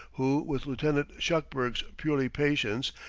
who, with lieutenant shuckburg's purely patience,